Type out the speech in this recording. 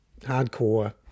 hardcore